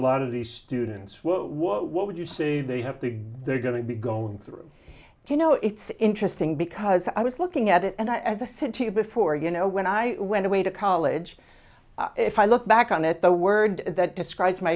lot of the students well what would you say they have the they're going to be going through you know it's interesting because i was looking at it and i as a city before you know when i went away to college if i look back on it the word that describes my